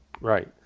Right